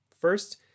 First